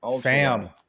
fam